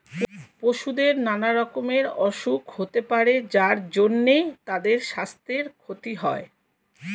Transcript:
পশুদের নানা রকমের অসুখ হতে পারে যার জন্যে তাদের সাস্থের ক্ষতি হয়